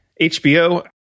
HBO